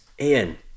Ian